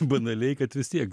banaliai kad vis tiek